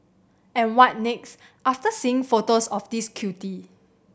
and what next after seeing photos of this cutie